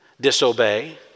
disobey